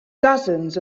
dozens